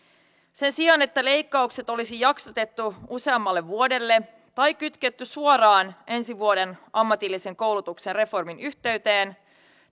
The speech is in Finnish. sen sijaan että leikkaukset olisi jaksotettu useammalle vuodelle tai kytketty suoraan ensi vuoden ammatillisen koulutuksen reformin yhteyteen